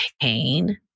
pain